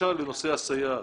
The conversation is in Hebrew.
למשל לנושא הסייעת.